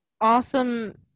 awesome